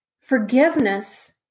Forgiveness